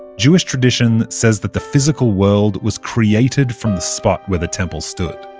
jewish tradition says that the physical world was created from the spot where the temple stood.